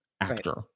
actor